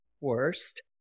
worst